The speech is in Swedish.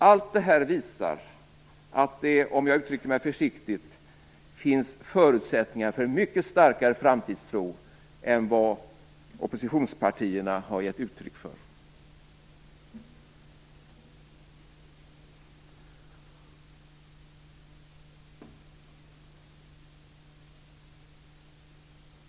Allt detta visar - om jag uttrycker mig försiktigt - att det finns förutsättningar för en mycket starkare framtidstro än vad oppositionspartierna har gett uttryck för.